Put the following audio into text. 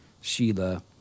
Sheila